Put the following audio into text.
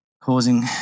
causing